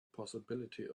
possibility